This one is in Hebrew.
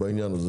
בעניין הזה.